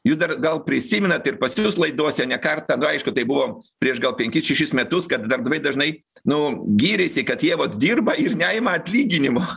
jūs dar gal prisimenat ir pas jus laidose ne kartą aišku tai buvo prieš gal penkis šešis metus kad darbdaviai dažnai nu gyrėsi kad jie vat dirba ir neima atlyginimo